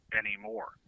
anymore